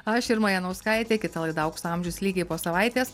aš irma janauskaitė kita laida aukso amžius lygiai po savaitės